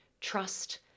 trust